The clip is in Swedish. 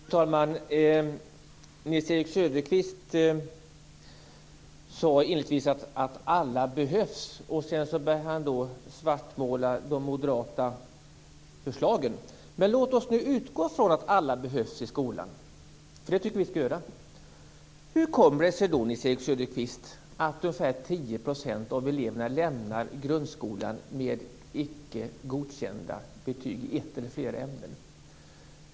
Fru talman! Nils-Erik Söderqvist sade inledningsvis att alla behövs. Sedan började han svartmåla de moderata förslagen. Men låt oss nu utgå från att alla behövs i skolan - för så tycker vi att det skall vara. Hur kommer det sig då, Nils-Erik Söderqvist, att ungefär 10 % av eleverna lämnar grundskolan med icke godkända betyg i ett eller flera ämnen?